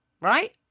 right